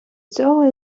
цього